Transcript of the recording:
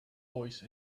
voice